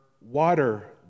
water